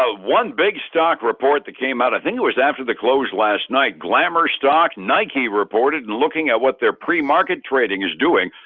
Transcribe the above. ah one big stock report that came out of think it was after the close last night, glamour stock nike reported and looking at what their pre-market trading is doing,